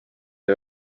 või